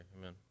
amen